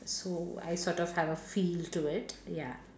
so I sort of have a feel to it ya